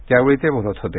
त्यावेळी ते बोलत होते